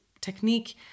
technique